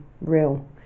real